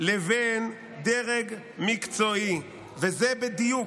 לבין דרג מקצועי" וזה בדיוק,